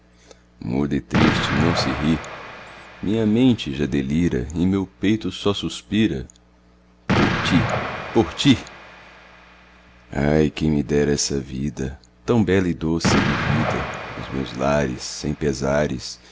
e triste não se ri minha mente já delira e meu peito só suspira por ti por ti ai quem me dera essa vida tão bela e doce vivida nos meus lares sem pesares